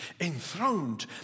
enthroned